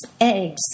eggs